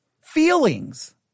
feelings